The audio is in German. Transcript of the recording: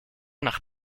nach